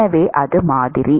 எனவே அது மாதிரி